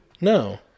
No